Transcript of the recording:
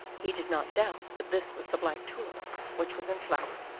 he did not doubt that this was the black tulip which was in flower.